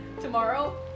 tomorrow